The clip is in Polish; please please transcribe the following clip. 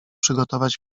przygotować